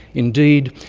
indeed,